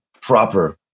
proper